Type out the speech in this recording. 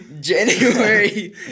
January